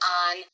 on